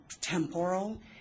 temporal